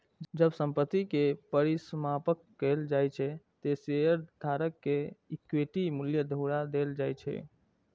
जब संपत्ति के परिसमापन कैल जाइ छै, ते शेयरधारक कें इक्विटी मूल्य घुरा देल जाइ छै